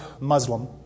Muslim